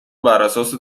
براساس